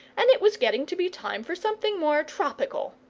and it was getting to be time for something more tropical.